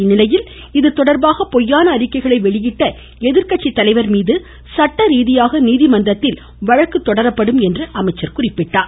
இந்நிலையில் இதுதொடர்பாக பொய்யான அறிக்கைகளை வெளியிட்ட எதிர்கட்சித்தலைவர் மீது சட்ட ரீதியாக நீதிமன்றத்தில் வழக்கு தொடரப்படும் என்று கூறினார்